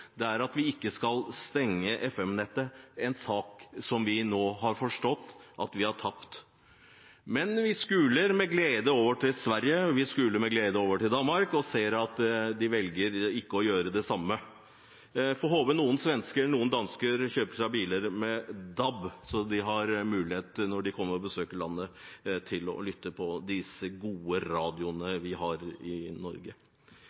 år, er at vi ikke skal stenge FM-nettet, en sak som vi nå har forstått at vi har tapt. Men vi skuler med glede over til Sverige, vi skuler med glede over til Danmark, og vi ser at de velger ikke å gjøre det samme. Vi får håpe noen svensker og noen dansker kjøper seg biler med DAB så de, når de kommer og besøker landet, har mulighet til å lytte på disse gode radiokanalene vi har i Norge.